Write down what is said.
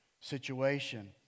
situation